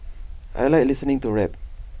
I Like listening to rap